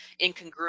incongruent